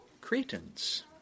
Cretans